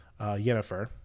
Yennefer